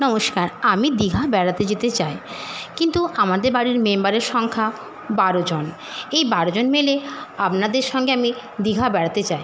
নমস্কার আমি দীঘা বেড়াতে যেতে চায় কিন্তু আমাদের বাড়ির মেম্বারের সংখ্যা বারোজন এই বারোজন মিলে আপনাদের সঙ্গে আমি দীঘা বেড়াতে চাই